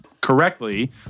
correctly